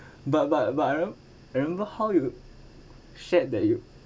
but but but I don't know I don't know how you shared that you